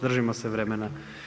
Držimo se vremena.